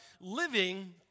living